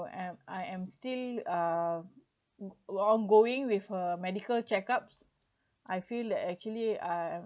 I am still uh ongoing with her medical checkups I feel that actually I am